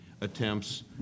attempts